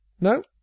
No